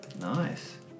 Nice